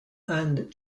and